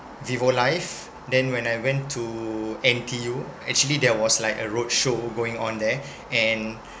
vivo life then when I went to N_T_U actually there was like a roadshow going on there and